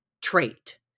trait